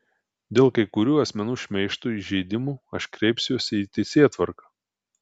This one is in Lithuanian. dėl kai kurių asmenų šmeižto įžeidimų aš kreipsiuosi į teisėtvarką